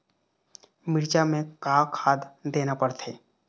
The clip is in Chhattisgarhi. मिरचा मे का खाद देना पड़थे?